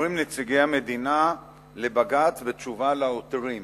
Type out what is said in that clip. אומרים נציגי המדינה לבג"ץ בתשובה לעותרים